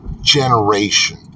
generation